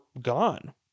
gone